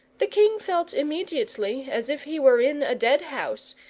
the king felt immediately as if he were in a dead-house,